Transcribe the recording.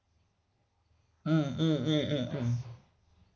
mm mm mm mm mm